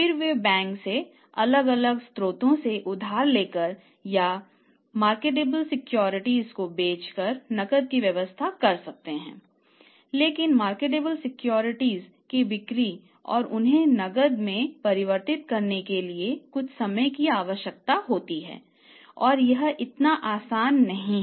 फिर वे बैंक से अलग अलग स्रोतों से उधार लेकर या मार्केटेबल सिक्योरिटीज की बिक्री और उन्हें नकदी में परिवर्तित करने के लिए भी कुछ समय की आवश्यकता होती है और यह इतना आसान नहीं है